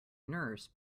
nurse